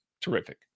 terrific